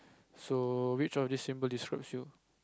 so which of this symbol describes you